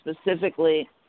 specifically